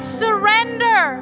surrender